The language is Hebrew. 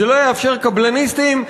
זה לא יאפשר קבלניסטים,